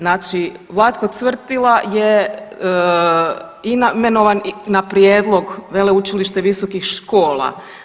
Znači Vlatko Cvrtila je imenovan na prijedlog veleučilišta i visokih škola.